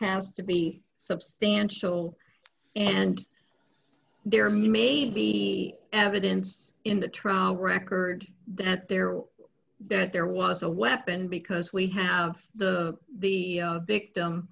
has to be substantial and there may be evidence in the trial record that there that there was a weapon because we have the the victim